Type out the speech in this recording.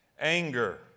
Anger